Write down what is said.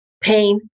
pain